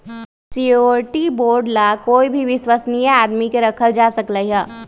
surety bond ला कोई भी विश्वस्नीय आदमी के रखल जा सकलई ह